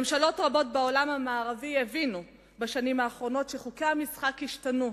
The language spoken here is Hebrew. ממשלות רבות בעולם המערבי הבינו בשנים האחרונות שחוקי המשחק השתנו,